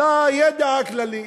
לידע הכללי: